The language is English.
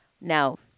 Now